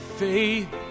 faith